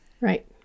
Right